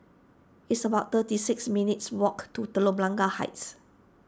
it's about thirty six minutes' walk to Telok Blangah Heights